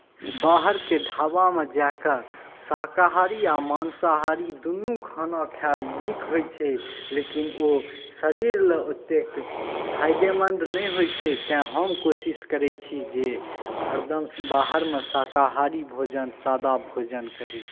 बाहरके ढाबामे जाए कऽ शाकाहारी या मांसाहारी दुनू खाना खायब नीक होइत छै लेकिन ओ शरीर लेल ओतेक फायदेमन्द नहि होइत छै तैँ हम कोशिश करैत छी जे हरदम बाहरमे शाकाहारी भोजन सादा भोजन करी